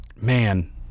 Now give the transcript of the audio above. man